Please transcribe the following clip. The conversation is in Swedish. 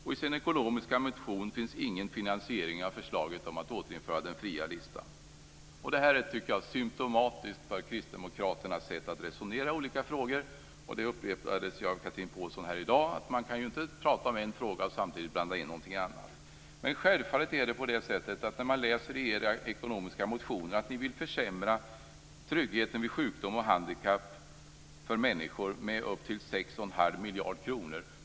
I den ekonomiska motionen finns ingen finansiering av förslaget om att återinföra den fria listan. Det är symtomatiskt för Kristdemokraternas sätt att resonera i olika frågor. Det upprepades av Chatrine Pålsson här i dag att man inte kan blanda in andra saker när man pratar om en fråga. Om man läser Kristdemokraternas ekonomiska motioner framgår att Kristdemokraterna vill försämra tryggheten vid sjukdom och handikapp för människor med upp till 6,5 miljarder kronor.